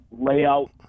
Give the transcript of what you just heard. layout